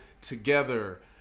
together